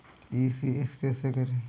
ECS कैसे करें?